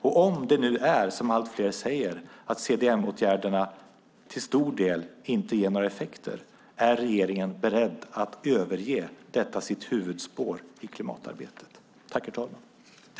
Om det nu är som allt fler säger, att CDM-åtgärderna till stor del inte ger några effekter, är regeringen beredd att överge detta sitt huvudspår i klimatarbetet?